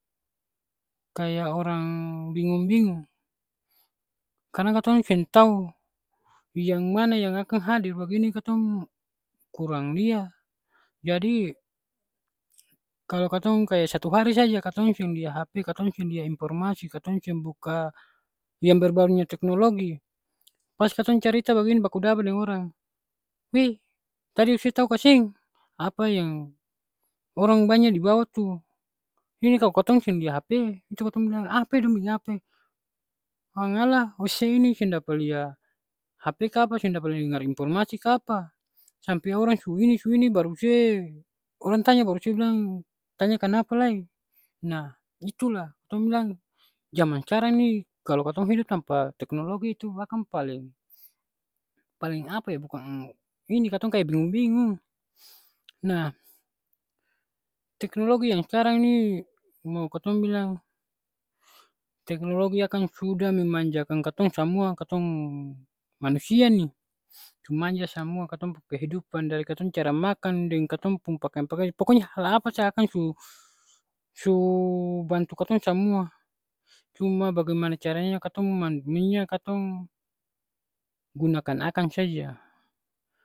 Kaya orang bingong-bingong, karna katong seng tau, yang mana yang akang hadir, bagini katong kurang lia. Jadi kalo katong kaya satu hari saja katong seng lia hp, katong seng lia informasi, katong seng buka yang berbaunya teknologi, pas katong carita bagini bakudapa deng orang, we tadi ose tau kaseng apa yang orang banya di bawah tu. Ini kalo katong seng lia hp, itu katong bilang apa e, dong biking apa e. Wangala, ose ini seng dapa lia hp kapa, seng dapa dengar informasi kapa. Sampe orang su ini su ini baru se, orang tanya baru se bilang tanya kanapa lai. Nah, itulah tong bilang jaman skarang ni kalo katong hidup tanpa teknologi tu akang paleng, paleng apa e bukang ini, katong kaya bingung-bingung. Nah, teknologi yang skarang ini mau katong bilang teknologi akang sudah memanjakan katong samua, katong manusia ni. Su manja samua katong pung kehidupan. Dari katong cara makang deng katong pung pakiang-pakiang ni pokonya hal apa sa akang su su bantu katong samua. Cuma bagemana caranya katong man munya katong gunakan akang saja.